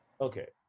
okay